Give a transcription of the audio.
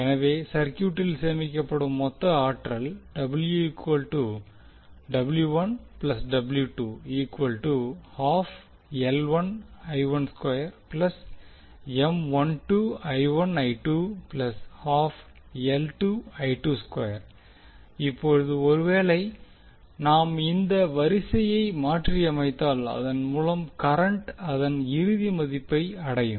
எனவே சர்க்யூட்டில் சேமிக்கப்படும் மொத்த ஆற்றல் இப்போது ஒருவேளை நாம் இந்த வரிசையை மாற்றியமைத்தால் அதன் மூலம் கரண்ட் அதன் இறுதி மதிப்பை அடையும்